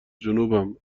جنوبم